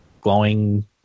glowing